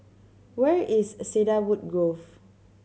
where is Cedarwood Grove